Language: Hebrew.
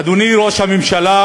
אדוני ראש הממשלה,